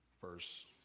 verse